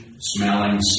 smelling